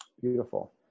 Beautiful